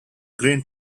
green